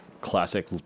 classic